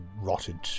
rotted